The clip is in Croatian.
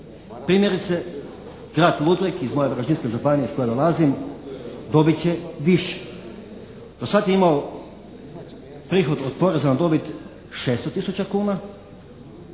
Primjerice, grad Ludbreg iz moje Varaždinske županije iz koje dolazim dobit će više. Do sada je imao prihod od poreza na dobit 600 tisuća